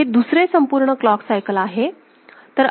हे दुसरे संपूर्ण क्लॉक सायकल आहे